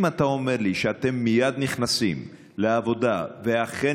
אם אתה אומר לי שאתם מייד נכנסים לעבודה ואכן